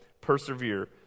persevere